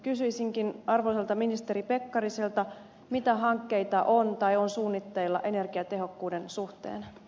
kysyisinkin arvoisalta ministeri pekkariselta mitä hankkeita on tai on suunnitteilla energiatehokkuuden suhteen